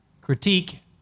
critique